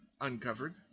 uncovered